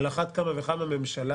על אחת כמה וכמה ממשלה